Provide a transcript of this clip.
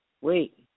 Wait